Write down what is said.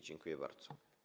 Dziękuję bardzo.